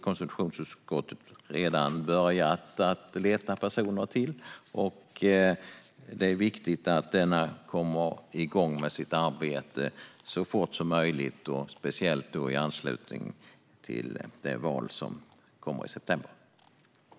Konstitutionsutskottet har redan börjat leta personer till den nämnd som ska tillsättas. Det är viktigt att nämnden kommer igång med sitt arbete så fort som möjligt, speciellt i anslutning till valet i september.